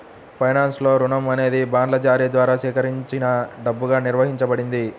ఫైనాన్స్లో, రుణం అనేది బాండ్ల జారీ ద్వారా సేకరించిన డబ్బుగా నిర్వచించబడింది